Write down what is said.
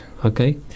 Okay